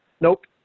Nope